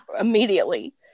immediately